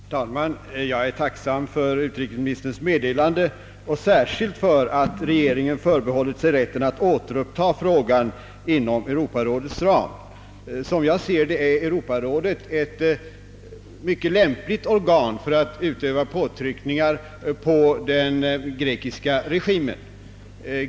Herr talman! Jag är tacksam för utrikesministerns meddelande och särskilt för att regeringen förbehållit sig rätten att återuppta frågan inom Europarådets ram. Som jag ser det är Europarådet ett mycket lämpligt organ för att utöva påtryckningar på den sgrekiska regimen.